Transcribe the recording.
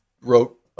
wrote